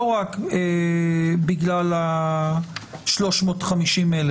לא רק בגלל ה-350,000,